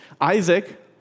Isaac